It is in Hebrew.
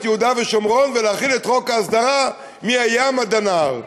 יהודה ושומרון ולהחיל את חוק ההסדרה מהים ועד הנהר?